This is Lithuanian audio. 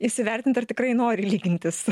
įsivertint ar tikrai nori lygintis